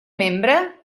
membre